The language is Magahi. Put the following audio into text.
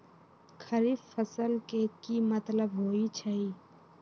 खरीफ फसल के की मतलब होइ छइ?